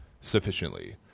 sufficiently